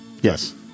Yes